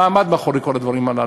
מה עמד מאחורי כל הדברים הללו?